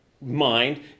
mind